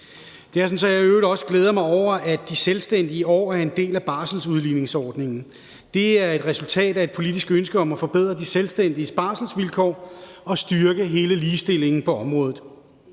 også glæder mig over, at de selvstændige i år er en del af barselsudligningsordningen. Det er et resultat af et politisk ønske om at forbedre de selvstændiges barselsvilkår og styrke hele ligestillingen på området.